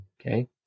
Okay